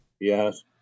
Yes